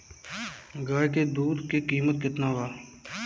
गाय के दूध के कीमत केतना बा?